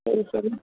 சரி சரி